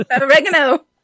Oregano